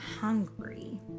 hungry